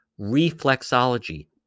reflexology